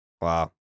wow